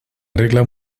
regla